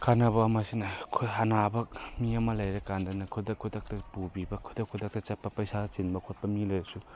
ꯀꯥꯟꯅꯕ ꯑꯃꯁꯤꯅ ꯑꯩꯈꯣꯏ ꯑꯅꯥꯕ ꯃꯤ ꯑꯃ ꯂꯩꯔ ꯀꯥꯟꯗꯅ ꯈꯨꯗꯛ ꯈꯨꯗꯛꯇ ꯄꯨꯕꯤꯕ ꯈꯨꯗꯛ ꯈꯨꯗꯛꯇ ꯆꯠꯄ ꯄꯩꯁꯥ ꯆꯤꯟꯕ ꯄꯨꯈꯠꯄ ꯃꯤ ꯂꯩꯔꯁꯨ